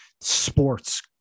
sports